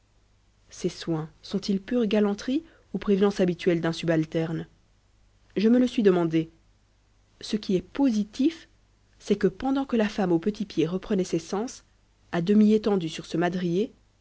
ces soins sont-ils pure galanterie ou prévenance habituelle d'un subalterne je me le suis demandé ce qui est positif c'est que pendant que la femme au petit pied reprenait ses sens à demi étendue sur ce madrier